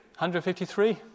153